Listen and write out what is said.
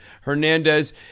Hernandez